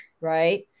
right